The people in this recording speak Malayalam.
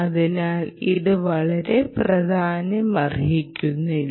അതിനാൽ ഇത് വളരെ പ്രാധാന്യമർഹിക്കുന്നില്ല